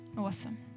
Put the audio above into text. Awesome